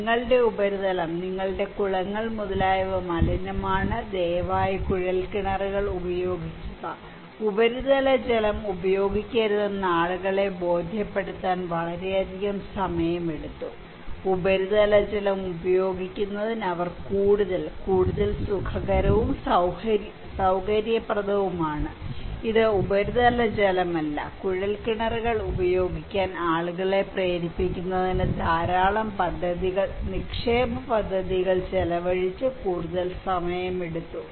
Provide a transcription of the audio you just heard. നിങ്ങളുടെ ഉപരിതലം നിങ്ങളുടെ കുളങ്ങൾ മുതലായവ മലിനമാണ് ദയവായി കുഴൽക്കിണറുകൾ ഉപയോഗിക്കുക ഉപരിതല ജലം ഉപയോഗിക്കരുതെന്ന് ആളുകളെ ബോധ്യപ്പെടുത്താൻ വളരെയധികം സമയമെടുത്തു ഉപരിതല ജലം ഉപയോഗിക്കുന്നതിന് അവർ കൂടുതൽ കൂടുതൽ സുഖകരവും കൂടുതൽ സൌകര്യപ്രദവുമാണ് ഇത് ഉപരിതല ജലമല്ല കുഴൽക്കിണറുകൾ ഉപയോഗിക്കാൻ ആളുകളെ പ്രേരിപ്പിക്കുന്നതിന് ധാരാളം നിക്ഷേപ പദ്ധതികൾ ചെലവഴിച്ച് കൂടുതൽ സമയമെടുത്തു